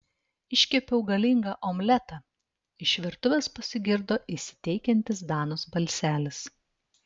iškepiau galingą omletą iš virtuvės pasigirdo įsiteikiantis danos balselis